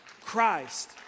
Christ